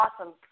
awesome